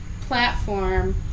platform